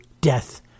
death